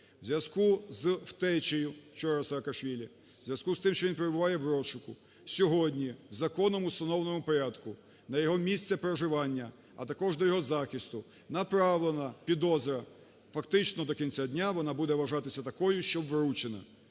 У зв'язку з втечею вчора Саакашвілі, в зв'язку з тим, що він перебуває в розшуку сьогодні законом в установленому порядку на його місце проживання, а також до його захисту направлена підозра. Фактично до кінця дня вона буде вважатися такою, що вручена.